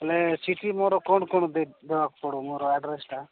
ହେଲେ ସେଠି ମୋର କ'ଣ କ'ଣ ଦେଇ ଦେବାକୁ ପଡ଼ିବ ମୋର ଆଡ୍ରେସଟା